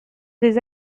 des